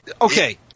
okay